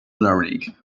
learning